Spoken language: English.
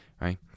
right